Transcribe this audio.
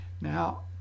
now